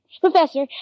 Professor